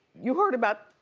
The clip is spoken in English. you heard about